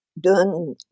done